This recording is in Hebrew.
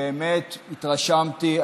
ובאמת התרשמתי.